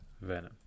Venom